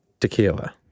Tequila